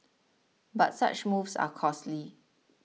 but such moves are costly